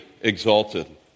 exalted